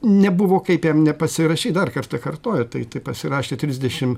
nebuvo kaip jam nepasirašyt dar kartą kartoju tai tai pasirašė trisdešim